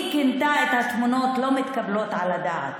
היא כינתה את התמונות "לא מתקבלות על הדעת".